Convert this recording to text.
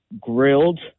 grilled